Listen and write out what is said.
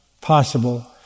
possible